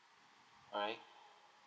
alright